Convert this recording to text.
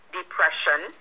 depression